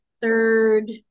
third